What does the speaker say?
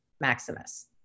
maximus